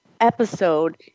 episode